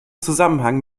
zusammenhang